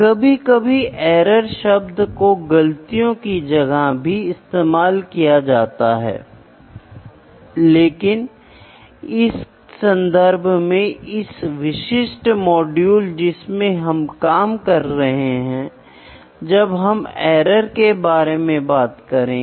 तो यह एक उपकरण है जिसका उपयोग किया जाता है और आप आज देख सकते हैं जब हम बहुत उच्च सटीकता और सटीक काम के बारे में बात करते हैं